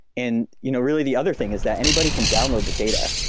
and you know really, the other thing is that anybody can download the data.